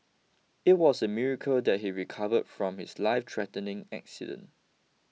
it was a miracle that he recovered from his lifethreatening accident